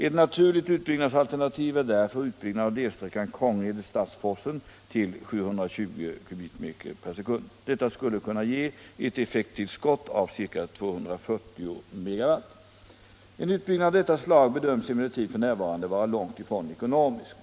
Ett naturligt utbyggnadsalternativ är därför utbyggnad av delsträckan Krångede-Stadsforsen till 720 m?/s. Det skulle kunna ge ett effekttillskott av ca 240 MW. En utbyggnad av detta slag bedöms emellertid f. n. vara långt ifrån ekonomisk.